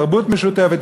תרבות משותפת,